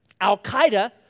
Al-Qaeda